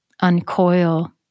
uncoil